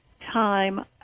time